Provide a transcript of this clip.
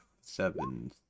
seven